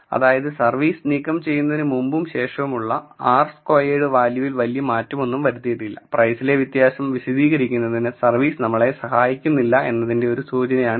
അതായത് സർവീസ് നീക്കം ചെയ്യുന്നതിന് മുമ്പും ശേഷവുമുള്ള r സ്ക്വയേർഡ് വാല്യൂവിൽ വലിയ മാറ്റമൊന്നും വരുത്തിയിട്ടില്ല പ്രൈസിലെ വ്യത്യാസം വിശദീകരിക്കുന്നതിന് സർവീസ് നമ്മളെ സഹായിക്കുന്നില്ല എന്നതിന്റെ ഒരു സൂചനയാണിത്